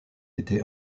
été